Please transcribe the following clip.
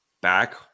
back